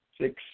six